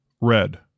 Red